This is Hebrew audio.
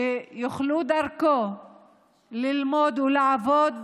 שיוכלו ללמוד, ודרכו לעבוד,